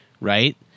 right